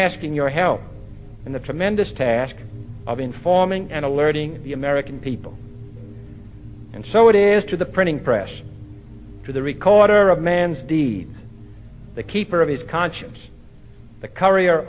asking your help in the tremendous task of informing and alerting the american people and so it is to the printing press to the recorder of man's deeds the keeper of his conscience the courier